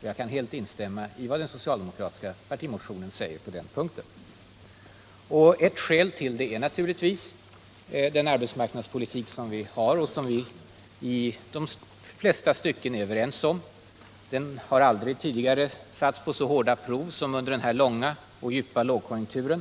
Jag kan helt instämma i vad som sägs i den socialdemokratiska partimotionen på den punkten. Ett skäl till den verkligheten är naturligtvis den arbetsmarknadspolitik som vi har och som vi i de allra flesta stycken är överens om. Den har aldrig tidigare satts på så hårda prov som under denna långa och djupa lågkonjunktur.